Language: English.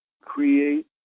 create